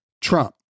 Trump